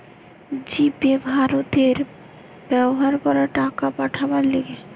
জি pay ভারতে ব্যবহার করে টাকা পাঠাবার লিগে